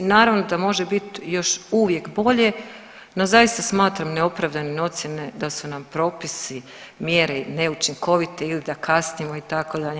Naravno da može bit još uvijek bolje, no zaista smatram neopravdanim ocjene da su nam propisi, mjere neučinkoviti ili da kasnimo itd.